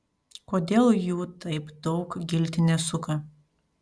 kodėl jų taip daug giltinė suka